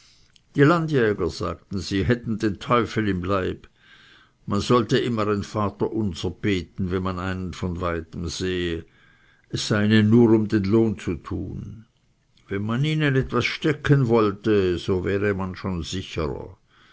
die landjäger sagten sie hätten den teufel im leibe man sollte immer ein vater unser beten wenn man einen von weitem sehe es sei ihnen nur um den lohn zu tun wenn man ihnen etwas stecken wollte so wäre man schon sicherer